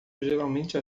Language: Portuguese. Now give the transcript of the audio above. geralmente